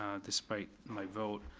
ah despite my vote.